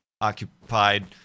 occupied